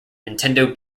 nintendo